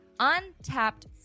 untapped